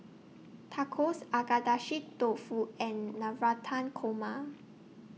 Tacos Agedashi Dofu and Navratan Korma